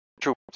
troops